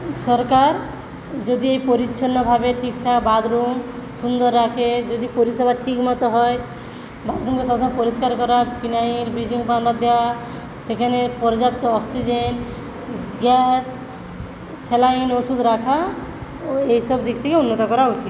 সরকার যদি এই পরিচ্ছিন্নভাবে ঠিক ঠাক বাথরুম সুন্দর রাখে যদি পরিষেবা ঠিক মত হয় বাথরুমগুলো সবসময় পরিষ্কার করা ফিনাইল ব্লিচিং পাউডার দেওয়া সেখানে পর্যাপ্ত অক্সিজেন গ্যাস সেলাইন ওষুধ রাখা ও এইসব দিক থেকে উন্নত করা উচিৎ